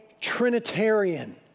Trinitarian